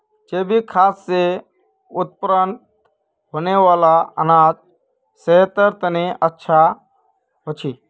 जैविक खाद से उत्पन्न होने वाला अनाज सेहतेर तने अच्छा होछे